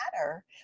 matter